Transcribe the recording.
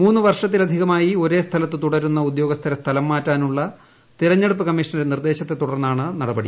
മുന്ന് വർഷത്തിലധികമായി ഒരേ സ്ഥലത്ത് തുടരുന്നു് ഉദ്യോഗസ്ഥരെ സ്ഥലം മാറ്റാനുളള തെരഞ്ഞെടുപ്പ് കിമ്മീഷന്റെ നിർദ്ദേശത്തെ തുടർന്നാണ് നടപടി